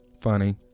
Funny